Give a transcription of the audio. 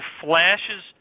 flashes